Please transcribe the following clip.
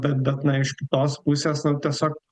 bet bet na iš kitos pusės na tiesiog